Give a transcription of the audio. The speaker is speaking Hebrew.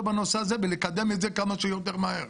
בנושא הזה כדי לקדם את זה כמה שיותר מהר.